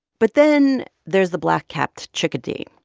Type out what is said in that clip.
but then there's the black-capped chickadee,